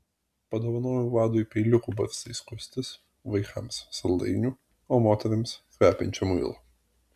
padovanojau vadui peiliukų barzdai skustis vaikams saldainių o moterims kvepiančio muilo